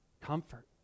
comfort